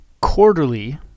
quarterly